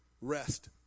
Rest